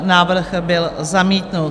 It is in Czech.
Návrh byl zamítnut.